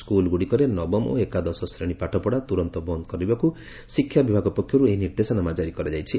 school ଗୁଡ଼ିକରେ ନବମ ଓ ଏକାଦଶ ଶ୍ରେଶୀ ପାଠପଢ଼ା ତୁରନ୍ତ ବନ୍ଦ କରିବାକୁ ଶିକ୍ଷା ବିଭାଗ ପକ୍ଷରୁ ଏହି ନିର୍ଦ୍ଦେଶନାମା ଜାରି କରାଯାଇଛି